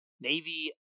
navy